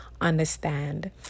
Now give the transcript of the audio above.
understand